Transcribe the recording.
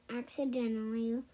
accidentally